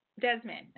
Desmond